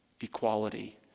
equality